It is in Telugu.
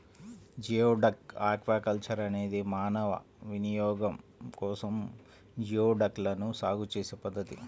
జియోడక్ ఆక్వాకల్చర్ అనేది మానవ వినియోగం కోసం జియోడక్లను సాగు చేసే పద్ధతి